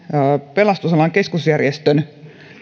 pelastusalan keskusjärjestön